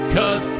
Cause